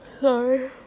Sorry